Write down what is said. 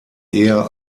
eher